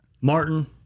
Martin